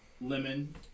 lemon